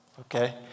okay